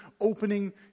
opening